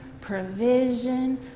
provision